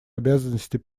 обязанностей